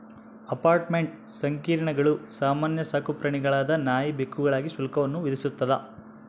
apartment ಸಂಕೀರ್ಣಗಳು ಸಾಮಾನ್ಯ ಸಾಕುಪ್ರಾಣಿಗಳಾದ ನಾಯಿ ಬೆಕ್ಕುಗಳಿಗೆ ಶುಲ್ಕವನ್ನು ವಿಧಿಸ್ತದ